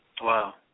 Wow